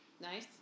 Nice